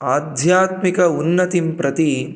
आध्यात्मिक उन्नतिं प्रति